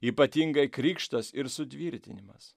ypatingai krikštas ir sutvirtinimas